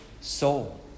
soul